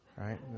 right